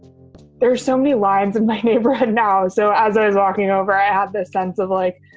there's so many lives in my neighborhood now. so as i was walking over, i had this sense of like,